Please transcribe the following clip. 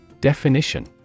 Definition